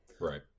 Right